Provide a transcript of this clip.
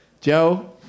Joe